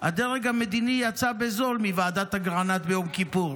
הדרג המדיני יצא בזול מוועדת אגרנט ביום כיפור.